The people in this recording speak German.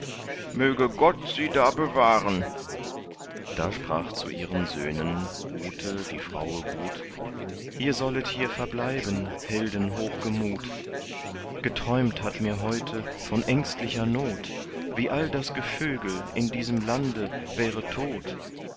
möge gott sie da bewahren da sprach zu ihren söhnen ute die fraue gut ihr sollet hier verbleiben helden hochgemut geträumt hat mir heute von ängstlicher not wie all das gevögel in diesem lande wäre tot